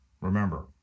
Remember